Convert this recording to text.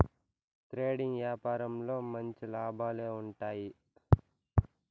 trading యాపారంలో మంచి లాభాలే ఉంటాయి